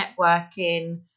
networking